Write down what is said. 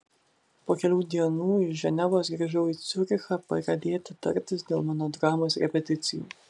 po kelių dienų iš ženevos grįžau į ciurichą pradėti tartis dėl mano dramos repeticijų